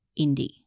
indie